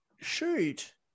shoot